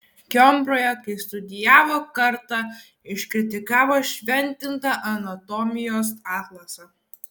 koimbroje kai studijavo kartą iškritikavo šventintą anatomijos atlasą